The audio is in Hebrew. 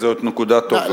זאת נקודה טובה.